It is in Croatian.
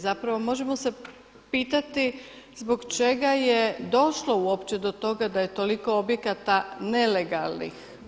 Zapravo možemo se pitati zbog čega je došlo uopće do toga da je toliko objekata nelegalnih.